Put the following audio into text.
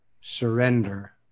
surrender